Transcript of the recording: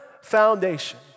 foundation